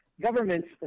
governments